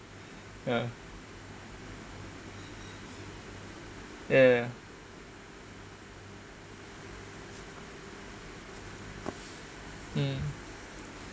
yeah yeah yeah yeah hmm